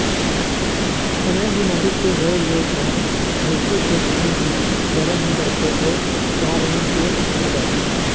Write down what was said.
थनैल बेमारी के होए ले गाय, भइसी के थन ह गरम हो जाथे अउ लाल रंग के हो जाथे